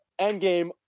Endgame